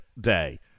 Day